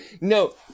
No